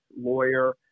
lawyer